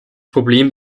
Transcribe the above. problem